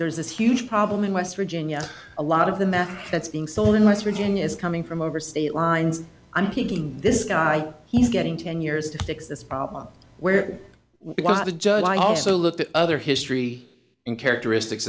there's this huge problem in west virginia a lot of the math that's being sold in west virginia is coming from over state lines i'm thinking this guy he's getting ten years to fix this problem where we have a judge i also looked at other history and characteristics